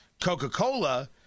Coca-Cola